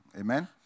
Amen